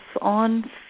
on